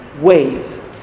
wave